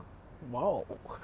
!wow!